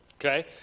okay